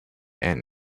and